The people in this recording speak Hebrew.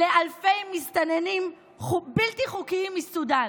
לאלפי מסתננים בלתי חוקיים מסודאן.